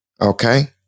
Okay